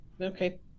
Okay